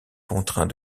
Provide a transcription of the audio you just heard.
contraint